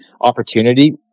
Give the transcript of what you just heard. opportunity